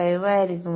5 ആയിരിക്കും